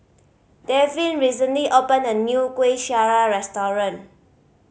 Davin recently opened a new Kuih Syara restaurant